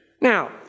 Now